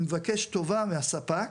אני מבקש טובה מהספק,